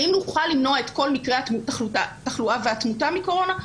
האם נוכל למנוע את כל מקרי התחלואה והתמותה מקורונה?